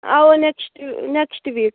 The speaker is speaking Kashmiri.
اوا نیٚکٕسٹ نیٚکٕسٹ ویٖک